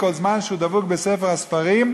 כל זמן שהוא דבוק בספר הספרים,